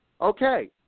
Okay